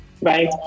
right